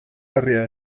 herria